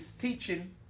teaching